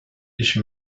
ich